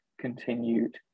continued